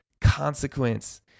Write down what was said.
consequence